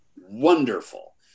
wonderful